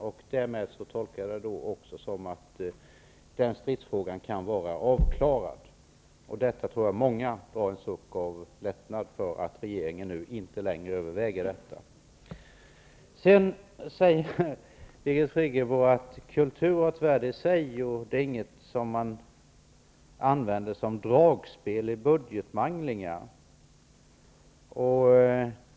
Jag tolkar det så att den stridsfrågan därmed kan vara avklarad, och jag tror att många drar en suck av lättnad över att regeringen inte längre överväger att avskaffa dessa bidrag. Sedan säger Birgit Friggebo att kultur har ett värde i sig och inte är något som man använder som ett dragspel i budgetmanglingar.